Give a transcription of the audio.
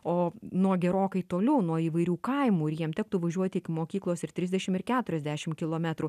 o nuo gerokai toliau nuo įvairių kaimų ir jiem tektų važiuoti iki mokyklos ir trisdešim ir keturiasdešim kilometrų